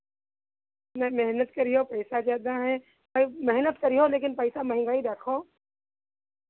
भाई मेहनत करिहो पैसा ज़्यादा है भाई मेहनत करिहो लेकिन पैसा महंगाई देखो